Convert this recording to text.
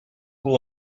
will